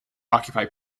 occupy